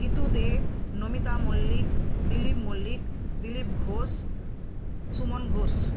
Itu De Namita Mallick Dilip Mallick Dilip Ghosh Suman Ghosh